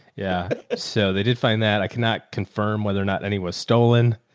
yeah. so they did find that i can not confirm whether or not any was stolen.